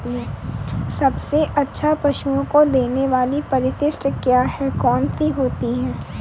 सबसे अच्छा पशुओं को देने वाली परिशिष्ट क्या है? कौन सी होती है?